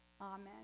Amen